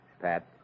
Pat